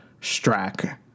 Strack